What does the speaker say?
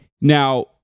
Now